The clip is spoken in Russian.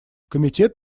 комитет